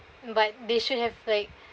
but they should have like